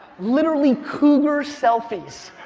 literally cougar selfies.